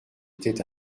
était